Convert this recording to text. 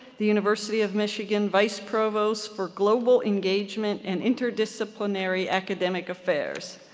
the university of michigan vice provost for global engagement and interdisciplinary academic affairs.